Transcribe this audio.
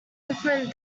different